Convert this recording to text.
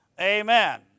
Amen